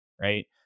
right